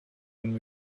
when